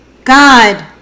God